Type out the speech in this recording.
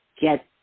get